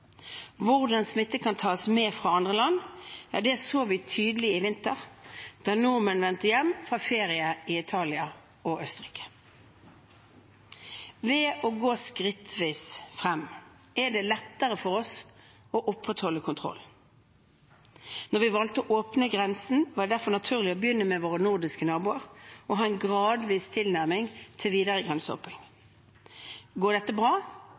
Hvordan smitte kan tas med fra andre land, så vi tydelig i vinter da nordmenn vendte hjem fra ferie i Italia og Østerrike. Ved å gå skrittvis frem er det lettere for oss å opprettholde kontrollen. Når vi valgte å åpne grensen, var det derfor naturlig å begynne med våre nordiske naboer og ha en gradvis tilnærming til videre grenseåpning. Går dette bra,